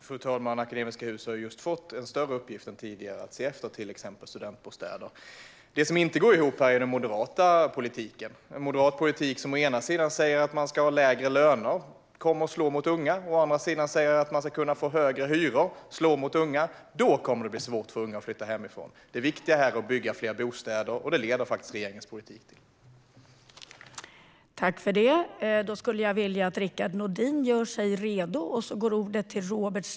Fru talman! Akademiska Hus har just fått en större uppgift än tidigare med att se efter till exempel studentbostäder. Det som inte går ihop är den moderata politiken. Den säger å ena sidan att man ska ha lägre löner, vilket kommer att slå mot unga, och å andra sidan att man ska kunna få högre hyror, vilket också slår mot unga. Då kommer det att bli svårt för unga att flytta hemifrån. Det viktiga här är att bygga fler bostäder, och det leder faktiskt regeringens politik till.